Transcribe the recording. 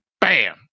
Bam